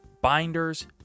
binders